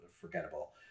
forgettable